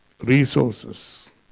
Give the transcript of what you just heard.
Resources